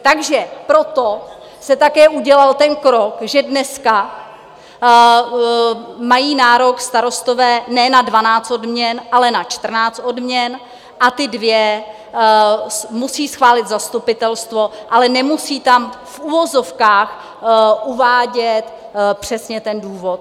Takže proto se také udělal ten krok, že dneska mají nárok starostové ne na dvanáct odměn, ale na čtrnáct odměn a ty dvě musí schválit zastupitelstvo, ale nemusí tam v uvozovkách uvádět přesně ten důvod.